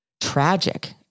tragic